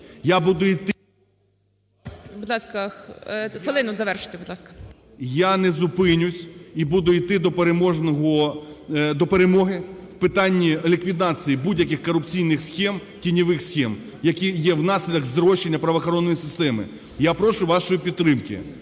Я не зупинюсь і буду іти до перемоги в питанні ліквідації будь-яких корупційних схем, тіньових схем, які є внаслідок зрощення правоохоронної системи. Я прошу вашої підтримки